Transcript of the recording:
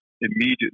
immediately